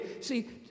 See